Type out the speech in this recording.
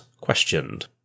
Questioned